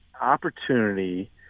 opportunity